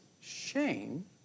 shame